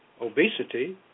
obesity